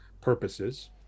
purposes